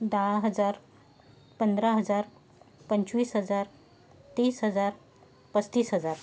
दहा हजार पंधरा हजार पंचवीस हजार तीस हजार पस्तीस हजार